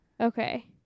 Okay